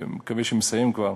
אני מקווה שמסיים כבר,